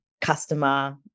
customer